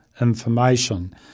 information